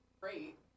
great